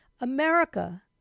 America